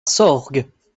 sorgues